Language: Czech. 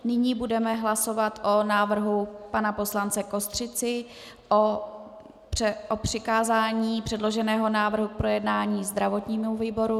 Nyní budeme hlasovat o návrhu pana poslance Kostřici o přikázání předloženého návrhu k projednání zdravotnímu výboru.